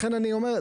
לכן אני אומר,